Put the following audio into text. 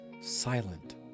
silent